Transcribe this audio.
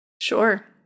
Sure